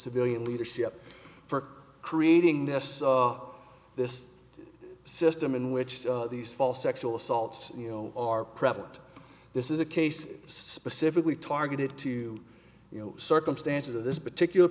civilian leadership for creating this this system in which these false sexual assaults you know are prevalent this is a case specifically targeted to you know circumstances of this particular